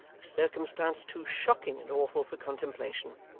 a circumstance too shocking and awful for contemplation.